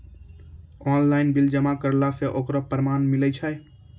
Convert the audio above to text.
Online bill जमा करला से ओकरौ परमान मिलै छै?